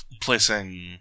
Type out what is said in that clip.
placing